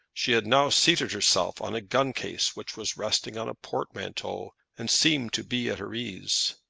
she had now seated herself on a gun-case which was resting on a portmanteau, and seemed to be at her ease.